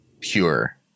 pure